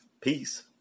Peace